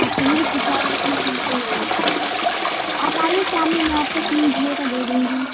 آپ کہیں بھی پوچھا دیں اس میں پ سے نہیں گا آپ آئیے شام میں میں آپ کو کین جیو کا دے دوں گی